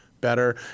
better